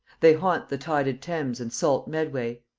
they haunt the tided thames and salt medway,